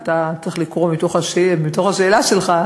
כי אתה צריך לקרוא מתוך השאלה שלך,